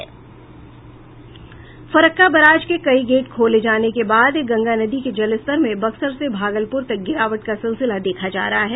Farakka barrage के कई gate खोले जाने के बाद गंगा नदी के जलस्तर में बक्सर से भागलपुर तक गिरावट का सिलसिला देखा जा रहा है